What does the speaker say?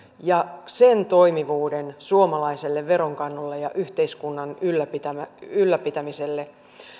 ja sen toimivuuden suomalaisessa veronkannossa ja yhteiskunnan ylläpitämisessä ylläpitämisessä